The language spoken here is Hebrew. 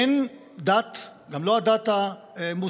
אין דת, גם לא הדת המוסלמית,